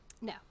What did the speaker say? No